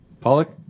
Pollock